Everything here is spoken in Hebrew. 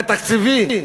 והתקציבי?